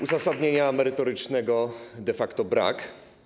Uzasadnienia merytorycznego de facto brak.